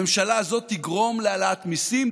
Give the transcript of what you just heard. הממשלה הזאת תגרום להעלאת מיסים,